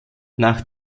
nach